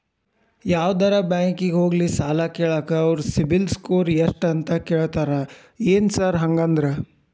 ಯಾವದರಾ ಬ್ಯಾಂಕಿಗೆ ಹೋಗ್ಲಿ ಸಾಲ ಕೇಳಾಕ ಅವ್ರ್ ಸಿಬಿಲ್ ಸ್ಕೋರ್ ಎಷ್ಟ ಅಂತಾ ಕೇಳ್ತಾರ ಏನ್ ಸಾರ್ ಹಂಗಂದ್ರ?